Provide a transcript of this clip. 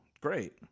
Great